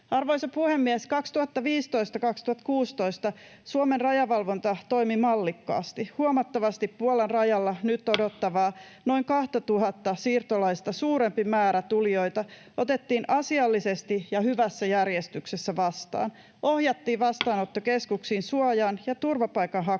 Arvoisa puhemies! 2015—2016 Suomen rajavalvonta toimi mallikkaasti. Puolan rajalla nyt odottavia noin 2 000:ta siirtolaista huomattavasti suurempi määrä tulijoita otettiin asiallisesti ja hyvässä järjestyksessä vastaan, ohjattiin vastaanottokeskuksiin suojaan ja turvapaikanhakuprosessiin.